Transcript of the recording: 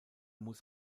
muss